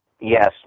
Yes